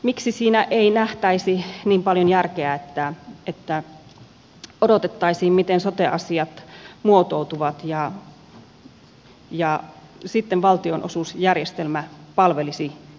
miksi siinä ei nähtäisi niin paljon järkeä että odotettaisiin miten sote asiat muotoutuvat ja sitten valtionosuusjärjestelmä palvelisi sitä